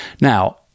Now